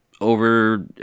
over